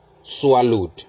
swallowed